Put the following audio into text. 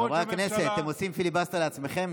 חברי הכנסת, אתם עושים פיליבסטר לעצמכם?